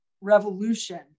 revolution